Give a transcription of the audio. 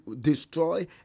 destroy